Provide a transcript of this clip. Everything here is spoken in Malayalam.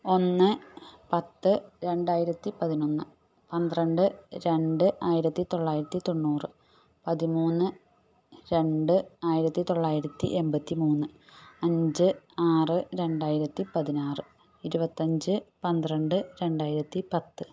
ഒന്ന് പത്ത് രണ്ടായിരത്തി പതിനൊന്ന് പന്ത്രണ്ട് രണ്ട് ആയിരത്തി തൊള്ളായിരത്തി തൊണ്ണൂറ് പതിമൂന്ന് രണ്ട് ആയിരത്തി തൊള്ളായിരത്തി എൺപത്തി മൂന്ന് അഞ്ച് ആറ് രണ്ടായിരത്തി പതിനാറ് ഇരുപത്തഞ്ച് പന്ത്രണ്ട് രണ്ടായിരത്തി പത്ത്